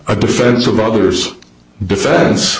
a defense of others defen